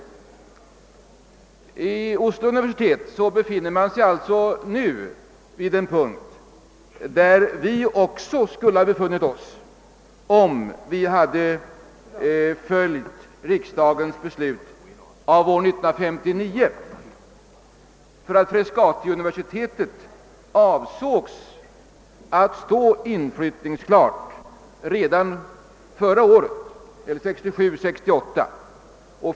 Vad Oslo-universitetets utbyggnad beträffar befinner man sig alltså nu vid en punkt där vi också skulle ha befunnit oss, om man hade följt riksdagens beslut av år 1959. Frescatiuniversitet avsågs nämligen stå inflyttningsklart redan läsåret 1967/1968.